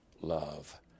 love